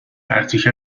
مرتیکه